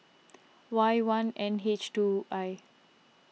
Y one N H two I